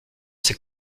s’est